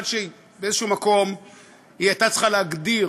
עד שבאיזשהו מקום היא הייתה צריכה להגדיר